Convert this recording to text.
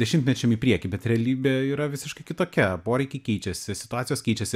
dešimtmečiam į priekį bet realybė yra visiškai kitokia poreikiai keičiasi situacijos keičiasi